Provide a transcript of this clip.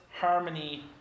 harmony